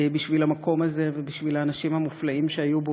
בשביל המקום הזה ובשביל האנשים המופלאים שהיו בו